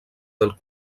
del